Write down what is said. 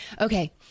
Okay